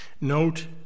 Note